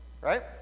right